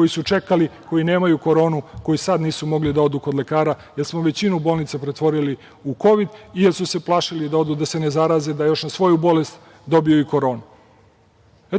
jer su čekali, koji nemaju koronu, koji sada nisu mogli da odu kod lekara, jer smo većinu bolnica pretvorili u kovid, jer su se plašili da odu da se ne zaraze, da još na svoju bolest dobiju i koronu.